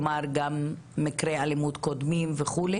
כלומר גם מקרי אלימות קודמים וכו'.